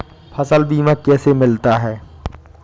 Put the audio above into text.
फसल बीमा कैसे मिलता है?